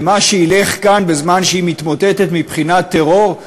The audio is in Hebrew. ומה שילך כאן בזמן שהיא מתמוטטת מבחינת טרור,